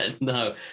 No